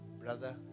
brother